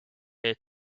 here